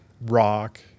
Rock